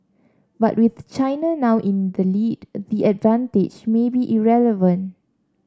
but with China now in the lead the advantage may be irrelevant